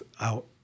out